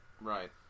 Right